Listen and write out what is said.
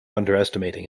underestimating